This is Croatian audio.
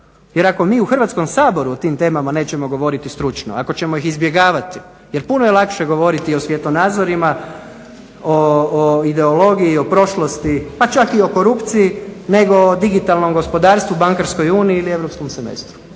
Jer ako mi u Hrvatskom saboru o tim temama nećemo govoriti stručno, ako ćemo ih izbjegavati. Jer puno je lakše govoriti o svjetonazorima, o ideologiji i o prošlosti pa čak i o korupciji nego o digitalnom gospodarstvu, bankarskoj uniji ili europskom semestru.